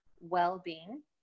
well-being